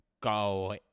go